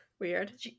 weird